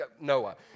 Noah